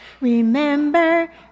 Remember